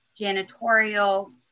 janitorial